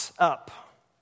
up